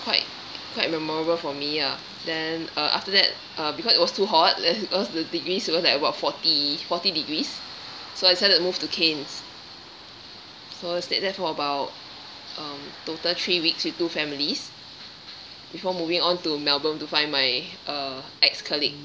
quite quite memorable for me ah then uh after that uh because it was too hot be~ because the degrees was like about forty forty degrees so I decided to move to cairns so I stayed there for about um total three weeks with two families before moving on to melbourne to find my uh ex-colleague